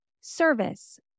service